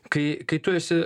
kai kai tu esi